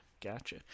gotcha